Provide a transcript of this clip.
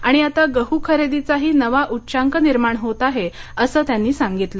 आणि आता गहू खरेदीचाही नवा उच्चांक निर्माण होत आहे असं त्यांनी सांगितलं